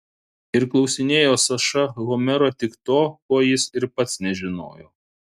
ir klausinėjo saša homero tik to ko jis ir pats nežinojo